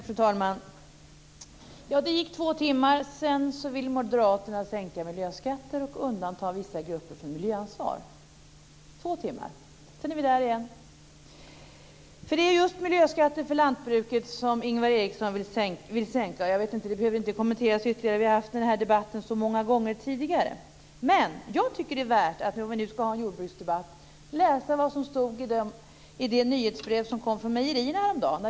Fru talman! Det gick två timmar, och sedan ville moderaterna sänka miljöskatter och undanta vissa grupper från miljöansvar. Två timmar - sedan är vi där igen. Det är just miljöskatter för lantbruket som Ingvar Eriksson vill sänka. Det behöver inte kommenteras ytterligare, för vi har haft den här debatten så många gånger tidigare. Jag tycker att det är värt, om vi nu ska ha en jordbruksdebatt, att läsa vad som står i det nyhetsbrev som kom från mejerierna häromdagen.